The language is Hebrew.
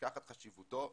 ונשכחת חשיבותו וייחודיותו.